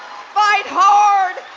fight hard.